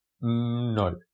no